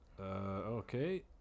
Okay